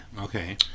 Okay